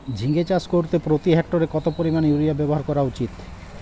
ঝিঙে চাষ করতে প্রতি হেক্টরে কত পরিমান ইউরিয়া ব্যবহার করা উচিৎ?